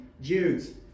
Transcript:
Jude